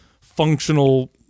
functional